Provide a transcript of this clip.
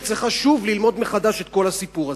שצריכה שוב ללמוד מחדש את כל הסיפור הזה.